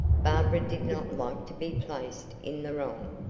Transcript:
barbara did not like to be placed in the wrong,